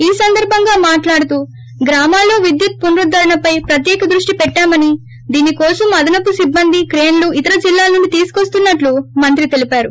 ఈ సందర్బంగా మాట్లాడుతూ గ్రామాల్లో విద్యుత్ పునరుద్దరణపై ప్రత్యేక దృష్టి పెట్టామని దీని కోసం అదనపు సిట్సంది క్రేనులు ఇతర జిల్లాల నుండి తీసుకొస్తున్నట్లు మంత్రి తెలిపారు